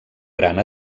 gran